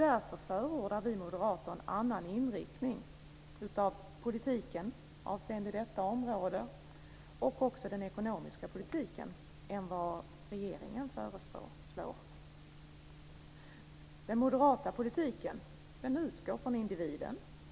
Därför förordar vi moderater en annan inriktning av politiken avseende detta område och även avseende den ekonomiska politiken än vad regeringen föreslår. Den moderata politiken utgår från individen.